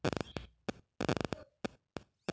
ಬೀಜವನ್ನು ಪ್ಲಾಸ್ಟಿಕ್ ತೊಟ್ಟೆಯಲ್ಲಿ ಹಾಕಿ ಬೆಳೆಸುವುದು ಒಳ್ಳೆಯದಾ?